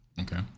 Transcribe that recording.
Okay